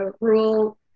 rural